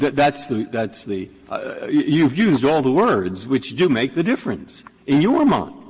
but that's the that's the you've used all the words, which do make the difference in your mind.